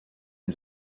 nie